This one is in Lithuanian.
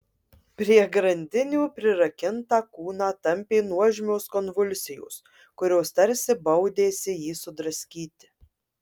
prie grandinių prirakintą kūną tampė nuožmios konvulsijos kurios tarsi baudėsi jį sudraskyti